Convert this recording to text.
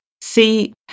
See